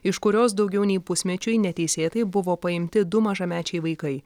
iš kurios daugiau nei pusmečiui neteisėtai buvo paimti du mažamečiai vaikai